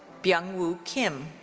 byungwoo kim.